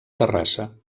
terrassa